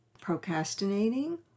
procrastinating